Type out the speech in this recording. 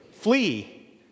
Flee